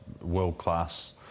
world-class